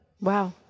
Wow